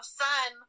sun